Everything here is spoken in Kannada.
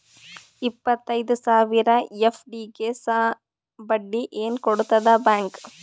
ಇಪ್ಪತ್ತೈದು ಸಾವಿರ ಎಫ್.ಡಿ ಗೆ ಬಡ್ಡಿ ಏನ ಕೊಡತದ ಬ್ಯಾಂಕ್?